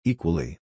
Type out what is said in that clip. Equally